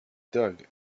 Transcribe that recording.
dug